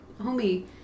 homie